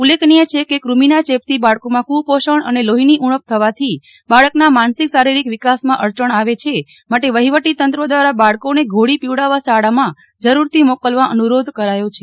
ઉલેક્ખાનીય છે કે કૃમિ ના ચેપ થી બાળકોમાં કુપોષણ અને લોઠીની ઉણપ થવાથી બાળકના માનસિક શારીરિક વિકાસમાં અડચણ આવે છે માટે વફીવટીતંત્ર દ્વારા બાળકોને ગોળી પીવડાવવા શાળામાં જરૂરથી મોકલવા અનુરોધ કર્યો છે